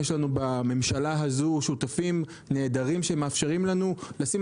יש לנו בממשלה הזו שותפים נהדרים שמאפשרים לנו לשים